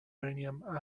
uranium